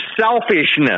selfishness